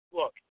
look